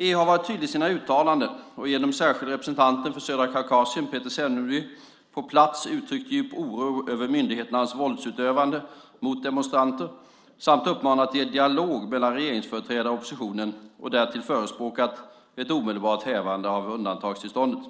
EU har varit tydlig i sina uttalanden och genom den särskilde representanten för södra Kaukasien, Peter Semneby, på plats uttryckt djup oro över myndigheternas våldsutövande mot demonstranter samt uppmanat till dialog mellan regeringsföreträdare och oppositionen och därtill förespråkat ett omedelbart hävande av undantagstillståndet.